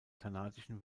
kanadischen